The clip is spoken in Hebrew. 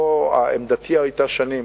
עמדתי היתה שנים